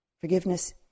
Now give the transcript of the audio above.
Forgiveness